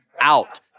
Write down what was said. out